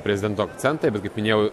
prezidento akcentai bet kaip minėjau